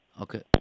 Okay